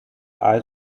eye